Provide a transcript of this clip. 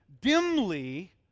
dimly